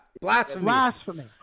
blasphemy